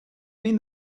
mean